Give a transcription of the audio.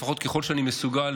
לפחות ככל שאני מסוגל,